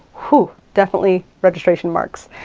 whew, definitely registration marks.